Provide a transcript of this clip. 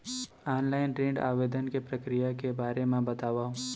Online ऋण आवेदन के प्रक्रिया के बारे म बतावव?